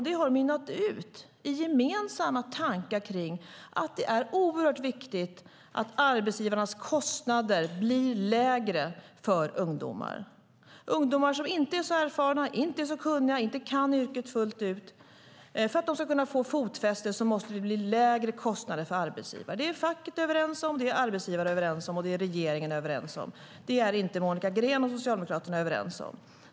Det har mynnat ut i gemensamma tankar kring att det är oerhört viktigt att arbetsgivarnas kostnader för ungdomar blir lägre. För att ungdomar som inte är så erfarna, inte är så kunniga och inte kan yrket fullt ut ska kunna få ett fotfäste måste det bli lägre kostnader för arbetsgivare. Det är facket överens om, det är arbetsgivarna överens om, och det är regeringen överens om. Men det är inte Monica Green och Socialdemokraterna överens om.